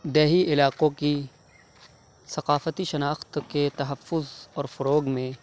دیہی علاقوں کی ثقافتی شناخت کے تحفظ اور فروغ میں